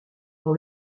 dans